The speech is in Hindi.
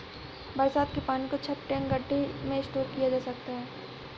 बरसात के पानी को छत, टैंक, गढ्ढे में स्टोर किया जा सकता है